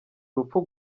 urupfu